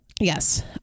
yes